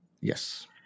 Yes